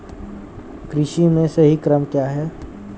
कृषि में सही क्रम क्या है?